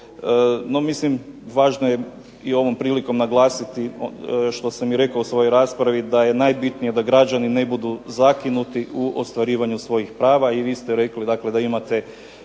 No mislim važno je i ovom prilikom naglasiti što sam i rekao u svojoj raspravi, da je najbitnije da građani ne budu zakinuti u ostvarivanju svojih prava i vi ste rekli dakle da imate